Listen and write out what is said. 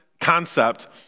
concept